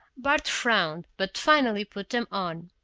bart frowned, but finally put them on.